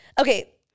Okay